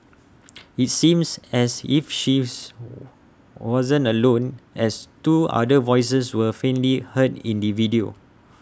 IT seems as if she wasn't alone as two other voices were faintly heard in the video